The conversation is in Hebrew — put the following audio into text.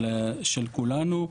של כולנו.